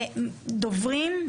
דוברים,